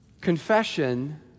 Confession